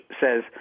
says